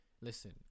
Listen